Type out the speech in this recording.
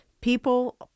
people